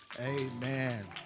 Amen